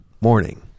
Morning